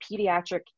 pediatric